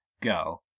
Go